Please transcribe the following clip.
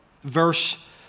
verse